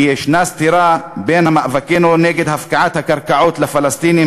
כי יש סתירה בין מאבקנו נגד הפקעת הקרקעות של הפלסטיניים